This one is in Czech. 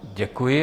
Děkuji.